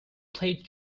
played